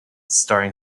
starring